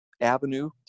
avenue